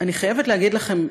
אני חייבת להגיד לכם,